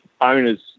owners